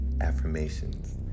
affirmations